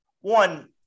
One